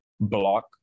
block